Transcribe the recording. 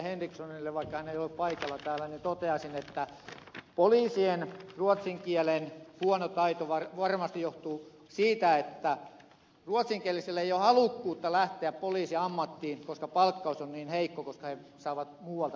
henrikssonille vaikka hän ei ole paikalla täällä toteaisin että poliisien ruotsin kielen huono taito varmasti johtuu siitä että ruotsinkielisillä ei ole halukkuutta lähteä poliisin ammattiin koska palkkaus on heikko ja koska he saavat muualta parempaa palkkaa